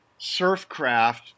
Surfcraft